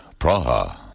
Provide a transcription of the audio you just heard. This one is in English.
Praha